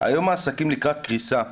היום העסקים הם לקראת קריסה.